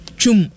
chum